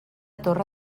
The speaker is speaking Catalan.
torre